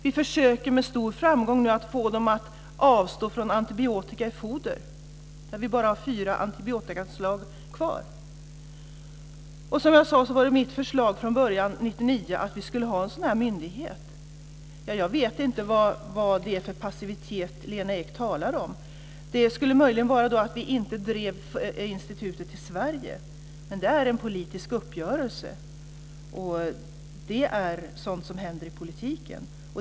Vi försöker nu med stor framgång att få dem att avstå från antibiotika i foder, där vi bara har fyra antibiotikaslag kvar. Som jag sade var det från början mitt förslag år 1999 att vi skulle ha en myndighet. Jag vet inte vad det är för passivitet som Lena Ek talar om. Det skulle möjligen vara att vi inte drev institutet till Sverige. Det är en politisk uppgörelse. Det är sådant som händer i politiken.